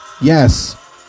Yes